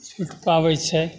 छिटकाबय छै